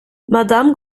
madame